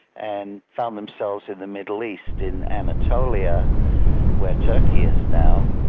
and found themselves in the middle east in anatolia where turkey is now.